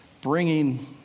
bringing